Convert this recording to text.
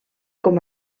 com